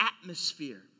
atmosphere